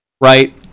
right